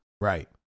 right